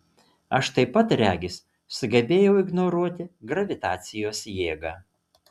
aš taip pat regis sugebėjau ignoruoti gravitacijos jėgą